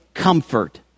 comfort